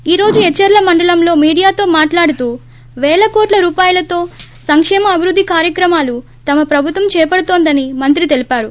ఈ రోజు పచ్చెర్ల మండలంలో మీడియాతో మాట్లాడుతూ పేల కోట్ల రూపయలతో సంకేమ అభివృద్ది కార్యక్రమాలు తమ ప్రభుత్వం చేపడుతొందని మంత్రి తెలిపారు